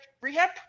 rehab